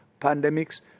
pandemics